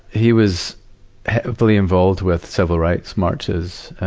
he was heavily involved with civil rights marches,